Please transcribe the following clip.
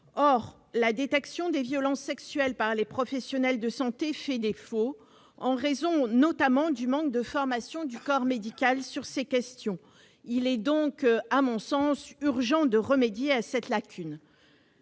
Or la détection des violences sexuelles par les professionnels de santé fait défaut, en raison notamment du manque de formation du corps médical à ces questions. Il est urgent, à mon sens, de remédier à cette lacune.